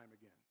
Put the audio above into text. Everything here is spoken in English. again